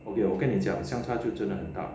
okay 我跟你讲相差就真的很大